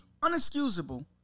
unexcusable